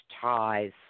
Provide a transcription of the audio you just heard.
ties